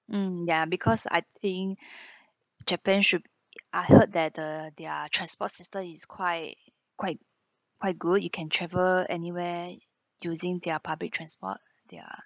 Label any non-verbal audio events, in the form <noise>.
mm ya because I think <breath> japan should I heard that the their transport system is quite quite quite good you can travel anywhere using their public transport their